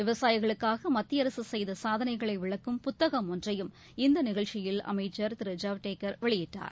விவசாயிகளுக்காக மத்திய அரசு செய்த சாதனைகளை விளக்கும் புத்தகம் ஒன்றையும் இந்த நிகழ்ச்சியில் அமைச்சர் திரு ஜவ்டேகர் வெளியிட்டார்